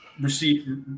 receive